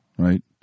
Right